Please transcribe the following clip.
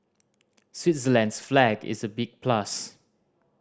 Switzerland's flag is a big plus